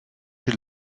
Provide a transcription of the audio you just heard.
she